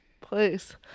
place